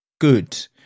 good